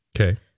Okay